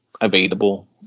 available